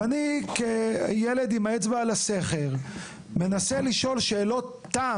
ואני כילד עם האצבע על הסכר מנסה לשאול שאלות תם.